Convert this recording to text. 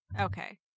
Okay